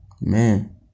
Man